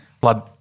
Blood